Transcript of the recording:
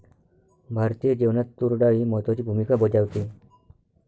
भारतीय जेवणात तूर डाळ ही महत्त्वाची भूमिका बजावते